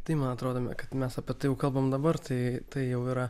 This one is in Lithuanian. tai man atrodo me kad mes apie tai jau kalbam dabar tai tai jau yra